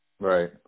Right